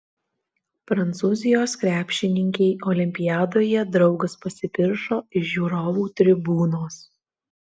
prancūzijos krepšininkei olimpiadoje draugas pasipiršo iš žiūrovų tribūnos